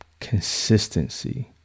Consistency